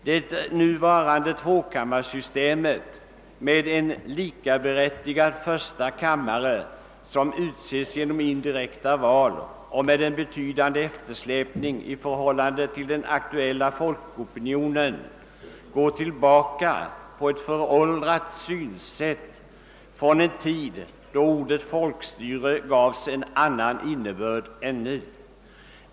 Det nuvarande tvåkammarsystemet med en likaberättigad första kammare, som utses genom indirekta val och med en betydande eftersläpning i förhållande till den aktuella folkopinionen, går tillbaka på ett föråldrat synsätt från en tid då åt ordet folkstyre gavs en annan innebörd än nu.